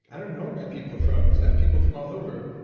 i don't know where my people are from cause i have people from all over.